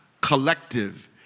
collective